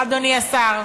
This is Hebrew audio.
אדוני השר.